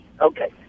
okay